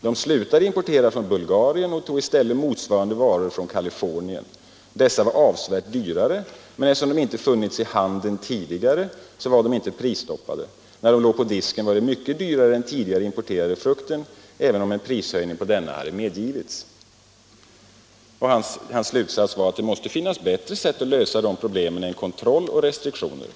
De slutade då att importera frukten från Bulgarien och tog i stället motsvarande varor från Kalifornien. Dessa var avsevärt dyrare, men eftersom de inte hade funnits i handeln här tidigare var de inte prisstoppade. När den frukten låg på disken var den alltså mycket dyrare än den tidigare importerade bulgariska frukten skulle ha varit, även om en prishöjning på den hade medgivits. Bodströms slutsats var att det måste finnas något bättre sätt att lösa de problemen än genom kontroll och restriktioner.